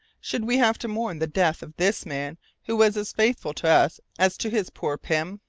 should we have to mourn the death of this man who was as faithful to us as to his poor pym?